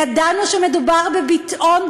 ידענו שמדובר בביטאון,